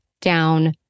down